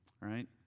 right